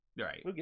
right